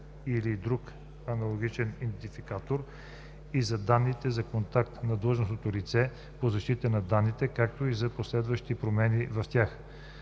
или друг аналогичен идентификатор, и за данните за контакт на длъжностното лице по защита на данните, както и за последващи промени в тях.